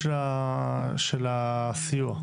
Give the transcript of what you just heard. הסיוע?